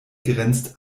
grenzt